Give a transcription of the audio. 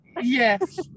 Yes